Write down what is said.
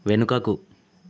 వెనుకకు